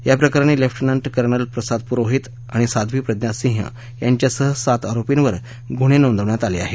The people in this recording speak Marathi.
या प्रकरणी लेफ्टनंट कर्नल प्रसाद पुरोहित आणि साध्वी प्रज्ञा सिंह यांच्यासह सात आरोपींवर गुन्हे नोंदवण्यात आले आहेत